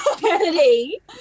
Kennedy